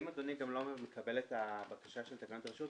אם אדוני גם לא מקבל את הבקשה של תקנות רשות,